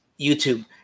YouTube